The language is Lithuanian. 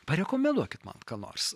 parekomenduokit man kada nors